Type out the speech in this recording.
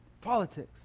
Politics